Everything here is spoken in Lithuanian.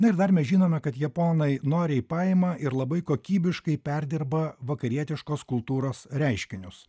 na ir dar mes žinome kad japonai noriai paima ir labai kokybiškai perdirba vakarietiškos kultūros reiškinius